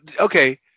Okay